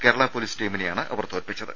Kerala police ടീമിനെയാണ് അവർ തോൽപ്പിച്ചത്